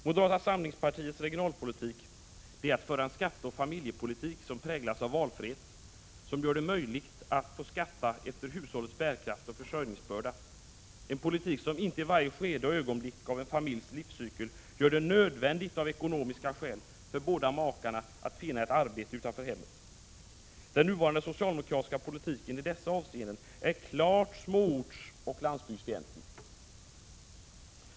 Moderata samlingspartiets regionalpolitik är att föra en skatteoch familjepolitik, som präglas av valfrihet som gör det möjligt för hushållen att få skatta efter bärkraft och försörjningsbörda. Det är en politik, som inte i varje skede och ögonblick av en familjs livscykel gör det nödvändigt av ekonomiska skäl för båda makarna att finna ett arbete utanför hemmet. Den nuvarande socialdemokratiska politiken i dessa avseenden är klart småortsoch landsbygdsfientlig!